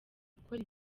gukora